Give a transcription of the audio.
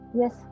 yes